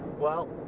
well,